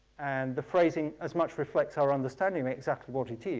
and the phrasing as much reflects our understanding of exactly what it